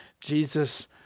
Jesus